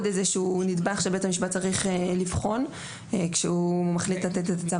איזשהו נדבך שבית המשפט צריך לבחון כשהוא מחליט לתת את הצו.